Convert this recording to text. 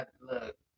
Look